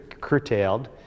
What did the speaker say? curtailed